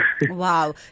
Wow